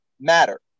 matter